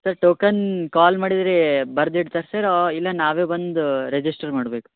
sir token call ಮಾಡಿದ್ರೆ ಬರ್ದು ಇಡ್ತಾರ ಸರ್ ಇಲ್ಲ ನಾವೇ ಬಂದು ರೆಜಿಸ್ಟರ್ ಮಾಡ್ಬೇಕ